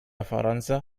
فرنسا